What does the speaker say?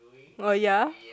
oh ya